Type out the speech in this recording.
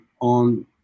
on